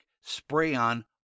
spray-on